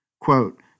Quote